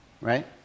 Right